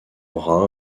bras